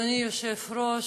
אדוני היושב-ראש,